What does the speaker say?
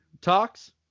talks